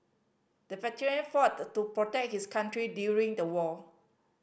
the veteran fought to protect his country during the war